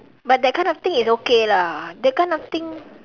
but that kind of thing is okay lah that kind of thing